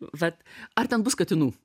vat ar ten bus katinų